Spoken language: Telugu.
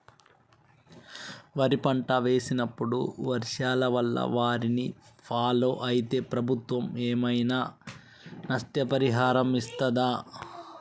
వరి పంట వేసినప్పుడు వర్షాల వల్ల వారిని ఫాలో అయితే ప్రభుత్వం ఏమైనా నష్టపరిహారం ఇస్తదా?